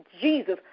Jesus